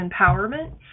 empowerment